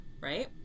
Right